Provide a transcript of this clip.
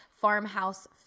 farmhouse